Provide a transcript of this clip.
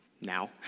Now